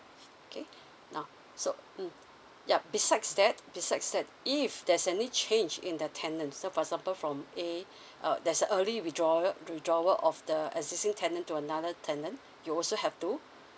okay now so mm yup besides that besides that if there's any change in the tenant so for example from a uh there's a early withrawa~ withdrawal of the existing tenant to another tenant you also have to